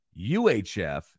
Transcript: UHF